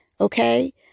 Okay